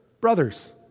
brothers